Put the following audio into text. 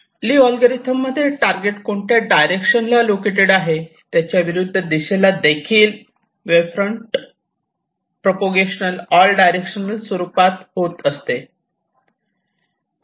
ली algorithm मध्ये target कोणत्या direction ला लोकेटेड आहे त्याच्या विरुद्ध दिशेला wave front propagation all direction स्वरूपात प्रप्रोगेट होत असे